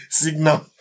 signal